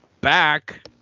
back